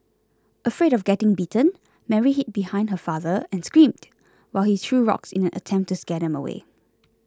afraid of getting bitten Mary hid behind her father and screamed while he threw rocks in an attempt to scare them away